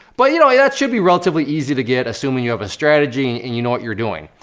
but you know, that should be relatively easy to get, assuming you have a strategy, and you know what you're doing.